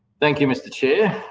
thank you, mr chair.